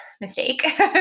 mistake